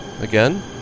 again